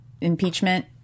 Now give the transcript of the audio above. impeachment